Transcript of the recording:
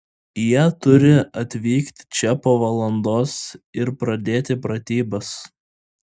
jie turi atvykti čia po valandos ir pradėti pratybas